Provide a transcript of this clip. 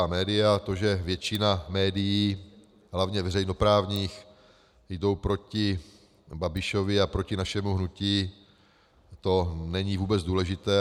A to, že většina médií, hlavně veřejnoprávních, jde proti Babišovi a proti našemu hnutí, to není vůbec důležité.